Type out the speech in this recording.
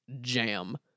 jam